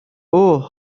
اُه